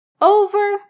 over